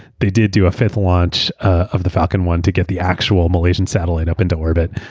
they did do a fifth launch of the falcon one to get the actual malaysian satellite up into orbit,